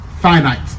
Finite